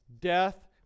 Death